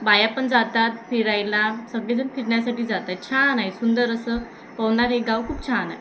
बाया पण जातात फिरायला सगळेजण फिरण्यासाठी जात आहे छान आहे सुंदर असं पवनार हे गाव खूप छान आहे